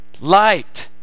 light